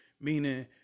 Meaning